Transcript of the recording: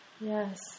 Yes